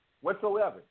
Whatsoever